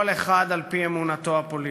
כל אחד על-פי אמונתו הפוליטית.